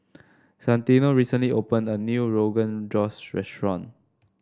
Santino recently opened a new Rogan Josh restaurant